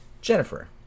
Jennifer